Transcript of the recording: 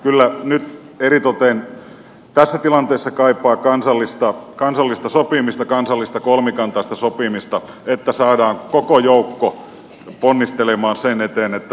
kyllä nyt eritoten tässä tilanteessa kaipaa kansallista sopimista kansallista kolmikantaista sopimista että saadaan koko joukko ponnistelemaan sen eteen että suomi nousee